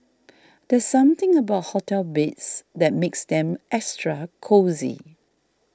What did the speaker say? there's something about hotel beds that makes them extra cosy